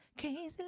crazy